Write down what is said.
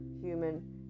human